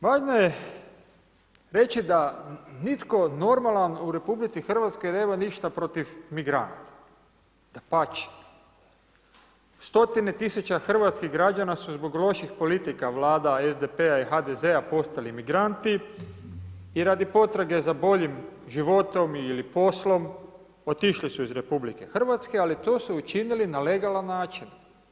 Važno je reći da nitko normalan u RH nema ništa protiv migranata, dapače, stotina tisuća hrvatskih građana su zbog loših politika Vlada SDP-a i HDZ-a postali migranti i radi potrage za boljim životom ili poslom otišli su iz RH ali to su učinili na legalan način.